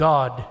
God